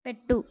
పెట్టు